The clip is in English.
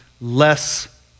less